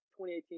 2018